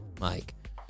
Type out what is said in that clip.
Mike